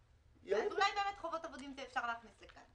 אולי באמת חובות אבודים אפשר להכניס לכאן.